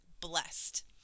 blessed